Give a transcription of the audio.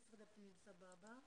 אני מתכבד לפתוח את ישיבת הוועדה,